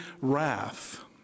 wrath